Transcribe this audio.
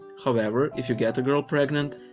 however, if you get a girl pregnant,